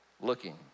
looking